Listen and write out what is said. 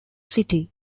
city